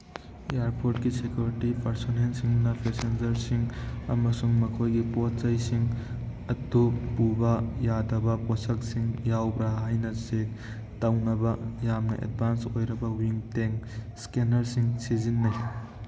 ꯏꯌꯔꯄꯣꯔꯠꯀꯤ security ꯄꯥꯔꯁꯅꯦꯜꯁꯤꯡꯅ ꯄꯦꯁꯦꯟꯖꯔꯁꯤꯡ ꯑꯃꯁꯨꯡ ꯃꯈꯣꯏꯒꯤ ꯄꯣꯠ ꯆꯩꯁꯤꯡ ꯑꯗꯨ ꯄꯨꯕ ꯌꯥꯗꯕ ꯄꯣꯠꯁꯛꯁꯤꯡ ꯌꯥꯎꯕ꯭ꯔ ꯍꯥꯏꯅ ꯆꯦꯛ ꯇꯧꯅꯕ ꯌꯥꯝꯅ ꯑꯦꯗꯚꯥꯟꯁ ꯑꯣꯏꯔꯕ ꯋꯤꯡ ꯇꯦꯡ ꯏꯁꯀꯦꯟꯅꯔꯁꯤꯡ ꯁꯤꯖꯤꯟꯅꯩ